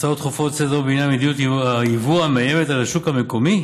הצעות דחופות לסדר-היום בעניין מדיניות הייבוא מאיימת על השוק המקומי?